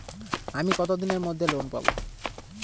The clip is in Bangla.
আমি কতদিনের মধ্যে লোন পাব?